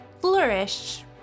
flourish